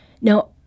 Now